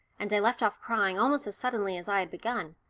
and i left off crying almost as suddenly as i had begun,